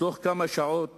ובתוך כמה שעות